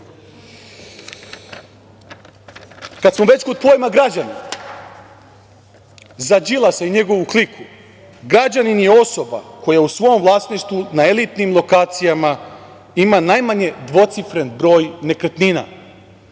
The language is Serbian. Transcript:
smo već kod pojma građanin, za Đilasa i njegovo kliku, građanin je osoba koja u svom vlasništvu na elitnim lokacijama ima najmanje dvocifren broj nekretnina.